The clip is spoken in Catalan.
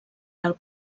del